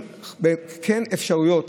אפשרויות